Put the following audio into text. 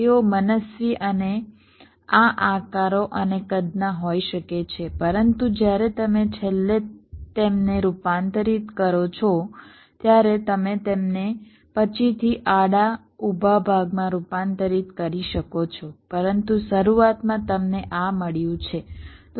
તેઓ મનસ્વી અને આ આકારો અને કદના હોઈ શકે છે પરંતુ જ્યારે તમે છેલ્લે તેમને રૂપાંતરિત કરી શકો છો ત્યારે તમે તેમને પછીથી આડા ઊભા ભાગમાં રૂપાંતરિત કરી શકો છો પરંતુ શરૂઆતમાં તમને આ મળ્યું છે